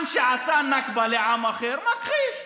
עם שעשה נכבה לעם אחר מכחיש.